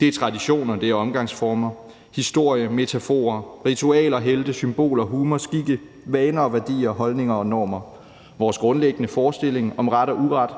Det er traditioner, det er omgangsformer, historie, metaforer, ritualer, helte, symboler, humor, skikke, vaner og værdier, holdninger og normer. Vores grundlæggende forestilling om ret og uret